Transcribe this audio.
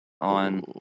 on